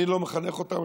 אני לא מחנך אותם,